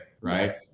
Right